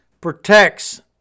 protects